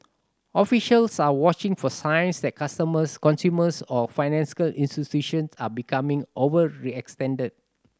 officials are watching for signs that customers consumers or institutions are becoming overextended